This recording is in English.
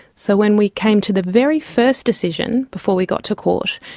so when we came to the very first decision, before we got to court,